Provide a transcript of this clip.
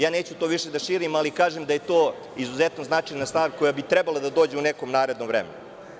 Ja neću to više da širim, ali kažem da je to izuzetno značajna stvar koja bi trebala da dođe u nekom narednom vremenu.